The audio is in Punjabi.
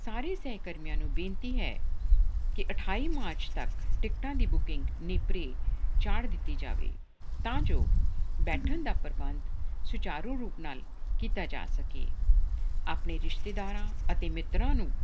ਸਾਰੇ ਸਹਿਕਰਮੀਆਂ ਨੂੰ ਬੇਨਤੀ ਹੈ ਕਿ ਅਠਾਈ ਮਾਰਚ ਤੱਕ ਟਿਕਟਾਂ ਦੀ ਬੁਕਿੰਗ ਨੇਪਰੇ ਚਾੜ੍ਹ ਦਿੱਤੀ ਜਾਵੇ ਤਾਂ ਜੋ ਬੈਠਣ ਦਾ ਪ੍ਰਬੰਧ ਸੁਚਾਰੂ ਰੂਪ ਨਾਲ ਕੀਤਾ ਜਾ ਸਕੇ ਆਪਣੇ ਰਿਸ਼ਤੇਦਾਰਾਂ ਅਤੇ ਮਿੱਤਰਾਂ ਨੂੰ